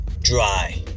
dry